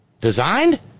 Designed